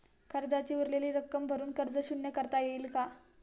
कर्जाची उरलेली रक्कम भरून कर्ज शून्य करता येईल का?